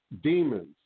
demons